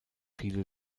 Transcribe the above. viele